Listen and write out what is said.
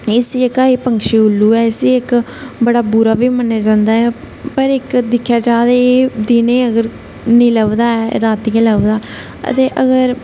एह् जेहका ऐ पक्षी उल्लू ऐ इसी इक बड़ा बुरा बी मन्नेआ जंदा ऐ पर इक दिक्खेआ जा ते एह् दिने अगर नेईं लभदा ऐ राती गै लभदा दे अगर